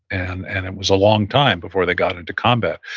and and it was a long time before they got into combat,